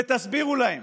ותסבירו להם